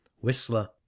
Whistler